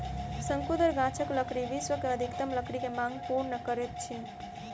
शंकुधर गाछक लकड़ी विश्व के अधिकतम लकड़ी के मांग पूर्ण करैत अछि